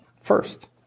first